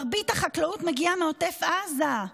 מרבית החקלאות מגיעה מעוטף עזה,